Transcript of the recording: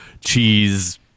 cheese